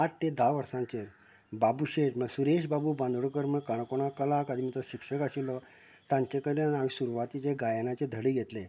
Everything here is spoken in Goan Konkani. आठ ते धा वर्साचेर बाबूश मसूरेश बाबू बांदोडकर म्हण काणकोणांत कला अकादमीचो शिक्षक आशिल्लो तांचे कडल्यान हांवेन सुरवाते जे गायनाचें धडे घेतले